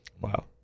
Wow